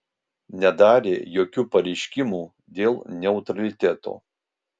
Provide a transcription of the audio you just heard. nedarė jokių pareiškimų dėl neutraliteto